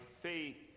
faith